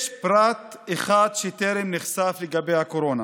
יש פרט אחד שטרם נחשף לגבי הקורונה: